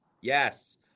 Yes